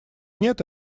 нет